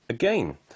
Again